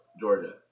georgia